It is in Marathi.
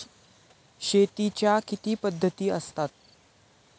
शेतीच्या किती पद्धती असतात?